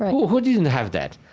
who who doesn't have that?